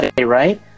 right